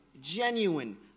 genuine